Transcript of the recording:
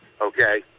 Okay